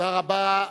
תודה רבה.